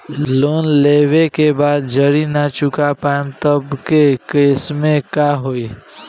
Loan लेवे के बाद जड़ी ना चुका पाएं तब के केसमे का होई?